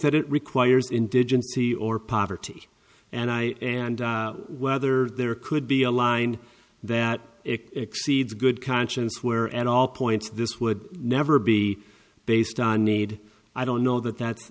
that it requires indigency or poverty and i and whether there could be a line that it exceeds good conscience where at all points this would never be based on need i don't know that that